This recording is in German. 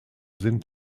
sind